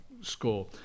score